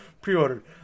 pre-ordered